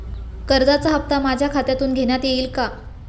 कर्जाचा हप्ता माझ्या खात्यातून घेण्यात येईल का?